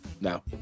No